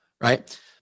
right